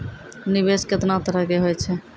निवेश केतना तरह के होय छै?